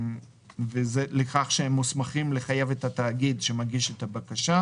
______________ הופיעו בפני _________________שזיהו